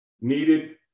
needed